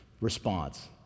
response